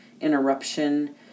interruption